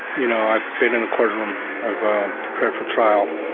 you know, i've been in a courtroom, i've prepared for trial.